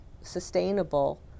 sustainable